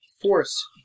force